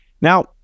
Now